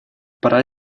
пора